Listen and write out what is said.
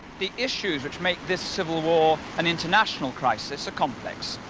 the issues which make this civil war an international crisis a complex,